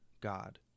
God